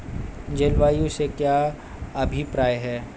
जलवायु से क्या अभिप्राय है?